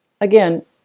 Again